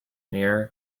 near